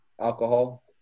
alcohol